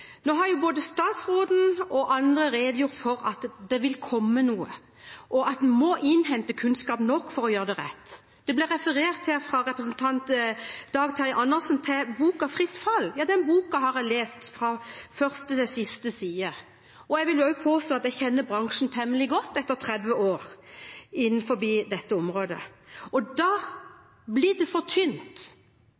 Nå har både statsråden og andre redegjort for at det vil komme noe, og at en må innhente nok kunnskap for å gjøre det rett. Representanten Dag Terje Andersen refererte til boka «Fritt fall». Den boka har jeg lest fra første til siste side. Jeg vil også påstå at jeg kjenner bransjen temmelig godt etter 30 år innen dette området. Da blir det for tynt